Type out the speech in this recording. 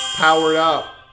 power up,